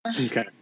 okay